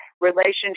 relationship